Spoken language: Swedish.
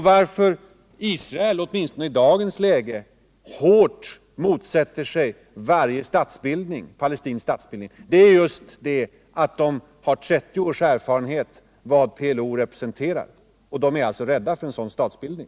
Varför Israel åtminstone i dagens läge hårt motsätter sig varje palestinsk statsbildning beror just på att landet har 30 års erfarenhet av vad PLO representerar. I Israel är man rädd för en sådan statsbildning.